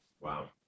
Wow